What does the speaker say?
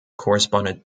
corresponded